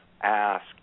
ask